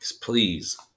Please